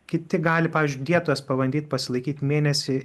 kiti gali pavyzdžiui dietos pabandyt pasilaikyt mėnesį